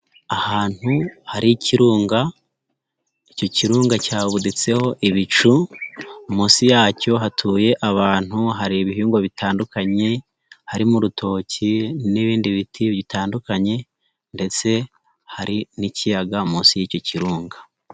Ahantu hari ikirunga, icyo kirunga cyabuditseho ibicu, munsi yacyo hatuye abantu, hari ibihingwa bitandukanye harimo urutoki n'ibindi biti bitandukanye ndetse hari n'ikiyaga munsi y'icyo kirunga.